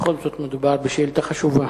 בכל זאת מדובר בשאילתא חשובה.